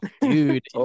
dude